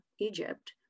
Egypt